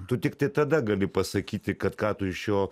tu tiktai tada gali pasakyti kad ką tu iš jo